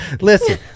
Listen